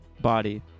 body